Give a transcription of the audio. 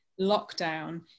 lockdown